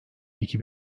iki